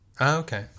Okay